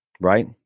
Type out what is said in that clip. Right